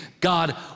God